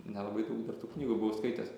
nelabai daug dar tų knygų buvau skaitęs